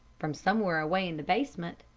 from somewhere away in the basement,